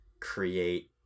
create